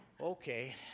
Okay